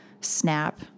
snap